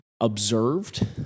observed